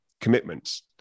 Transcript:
commitments